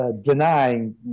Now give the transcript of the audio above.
Denying